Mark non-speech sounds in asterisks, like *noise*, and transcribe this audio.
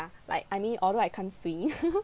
like I mean although I can't swim *laughs*